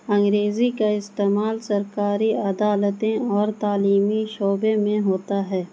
انگریزی کا استعمال سرکاری عدالتیں اور تعلیمی شعبے میں ہوتا ہے